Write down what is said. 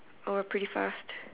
oh we're pretty fast